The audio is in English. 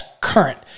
current